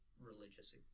religious